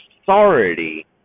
authority